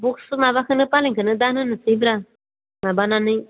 बक्सखो माबाखोनो फालेंखोनो दान होननोसैब्रा माबानानै